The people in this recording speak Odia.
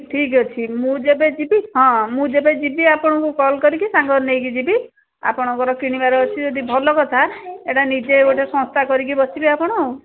ଠିକ୍ ଅଛି ମୁଁ ଯେବେ ଯିବି ହଁ ମୁଁ ଯେବେ ଯିବି ଆପଣଙ୍କୁ କଲ୍ କରିକି ସାଙ୍ଗରେ ନେଇକି ଯିବି ଆପଣଙ୍କର କିଣିବାର ଅଛି ଯଦି ଭଲ କଥା ଏଇଟା ନିଜେ ଗୋଟେ ସଂସ୍ଥା କରିକି ବସିବି ଆପଣ ଆଉ